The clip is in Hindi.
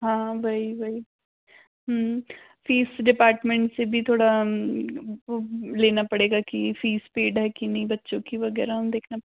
हाँ वही वही फ़ीस डिपार्टमेंट से भी थोड़ा वो लेना पड़ेगा कि फ़ीस पेड है कि नहीं बच्चों की वग़ैरह देखना